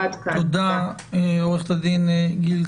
תודה רבה.